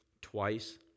twice